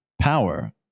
power